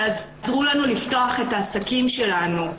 תעזרו לנו לפתוח את העסקים שלנו.